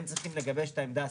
הם צריכים לגבש את העמדה הסופית,